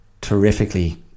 terrifically